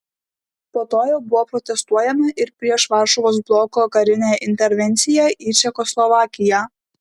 po to jau buvo protestuojama ir prieš varšuvos bloko karinę intervenciją į čekoslovakiją